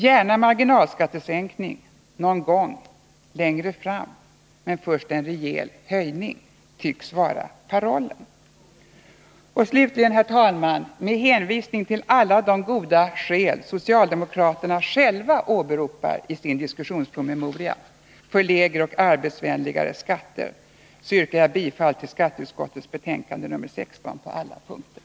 Gärna marginalskattesänkning någon gång längre fram, men först en rejäl höjning, tycks vara parollen. Herr talman! Med hänvisning till alla de goda skäl socialdemokraterna i sin diskussionspromemoria själva åberopar för lägre och arbetsvänligare skatter, yrkar jag på alla punkter bifall till hemställan i skatteutskottets betänkande 16.